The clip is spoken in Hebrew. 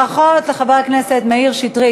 ברכות לחבר הכנסת מאיר שטרית,